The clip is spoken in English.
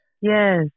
Yes